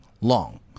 long